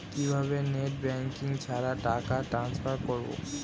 কিভাবে net banking ছাড়া টাকা টান্সফার করব?